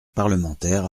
parlementaire